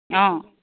অঁ